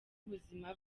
ubuzima